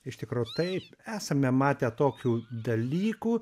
iš tikro taip esame matę tokių dalykų